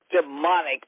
demonic